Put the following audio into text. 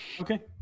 Okay